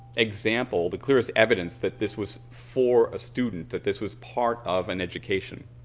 example, the clearest evidence that this was for a student, that this was part of an education.